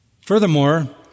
Furthermore